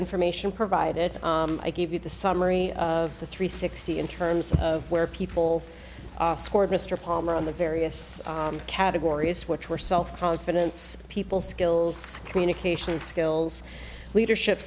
information provided i gave you the summary of the three sixty in terms of where people scored mr palmer on the various categories which were self confidence people skills communication skills leadership